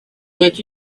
what